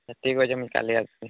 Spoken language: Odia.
ଠିକ୍ ଅଛି ମୁଇଁ କାଲିି ଆସିବି